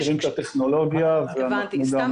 אנחנו מכירים את הטכנולוגיה ואנחנו גם